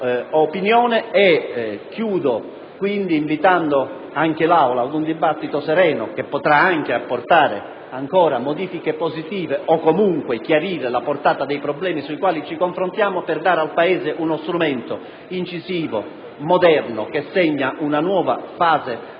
Concludo invitando l'Aula ad un dibattito sereno che non escludo potrà apportare ulteriori modifiche positive o, comunque, chiarire la portata dei problemi sui quali ci confrontiamo per dare al Paese uno strumento incisivo, moderno, che segna una nuova fase della